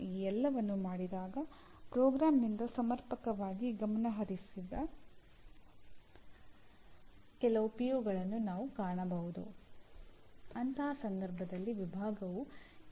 ಇವೆಲ್ಲವನ್ನೂ ಸೇರಿಸಿ ಒಂದು ಸಂಸ್ಥೆ ಎಂಜಿನಿಯರಿಂಗ್ ಪದವೀಧರರನ್ನು ಉತ್ಪಾದಿಸುತ್ತದೆ